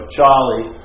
Charlie